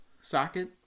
socket